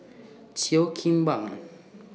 Cheo Kim Ban